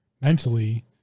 mentally